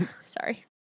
sorry